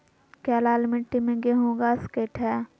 क्या लाल मिट्टी में गेंहु उगा स्केट है?